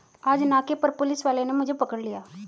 आज नाके पर पुलिस वाले ने मुझे पकड़ लिया